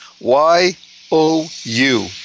Y-O-U